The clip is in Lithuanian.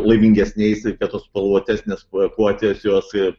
laimingesniais ir kad tos spalvotesnės pakuotės jos